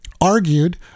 argued